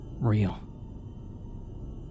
real